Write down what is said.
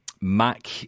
Mac